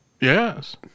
Yes